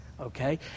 Okay